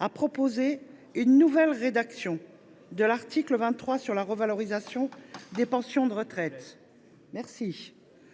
a proposé une nouvelle rédaction de l’article 23 sur la revalorisation des pensions de retraite.